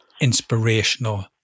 inspirational